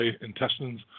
intestines